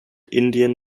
indian